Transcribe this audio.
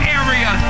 area